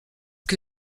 que